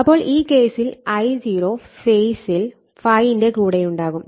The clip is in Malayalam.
അപ്പോൾ ഈ കേസിൽ I0 ഫേസിൽ ∅ൻറെ കൂടെയുണ്ടാവും